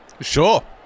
Sure